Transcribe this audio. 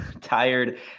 Tired